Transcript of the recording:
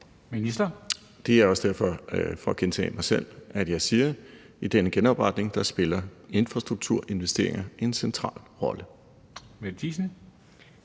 Det er også derfor – for at gentage mig selv – at jeg siger, at i denne genopretning spiller infrastrukturinvesteringer en central rolle. Kl.